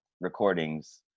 recordings